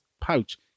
pouch